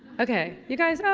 ok. you guys, awe,